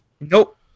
Nope